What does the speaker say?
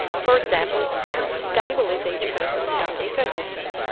for example, how stable is each person's gut ecosystem?